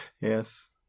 Yes